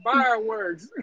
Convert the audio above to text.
Fireworks